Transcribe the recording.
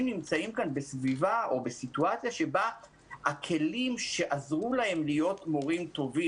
נמצאים כאן בסביבה שבה אין את הכלים שעזרו להם להיות מורים טובים